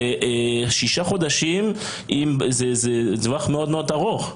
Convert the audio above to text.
שישה חודשים זה טווח מאוד ארוך.